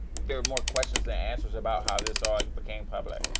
there are more questions and answers about how this ah became public.